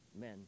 men